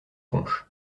punch